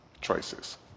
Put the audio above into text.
choices